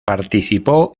participó